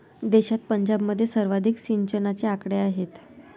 देशात पंजाबमध्ये सर्वाधिक सिंचनाचे आकडे आहेत